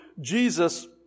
Jesus